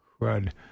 crud